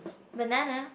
banana